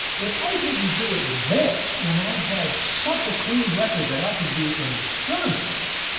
if i didn't do it then, when i had such a clean record that i could be an insurance broker,